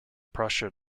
prussia